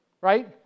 right